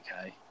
okay